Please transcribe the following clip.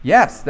Yes